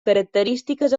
característiques